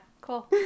Cool